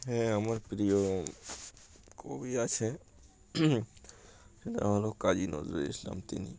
হ্যাঁ আমার প্রিয় কবি আছে সেটা হলো কাজী নজরুল ইসলাম তিনি